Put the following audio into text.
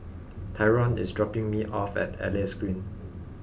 Tyron is dropping me off at Elias Green